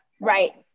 Right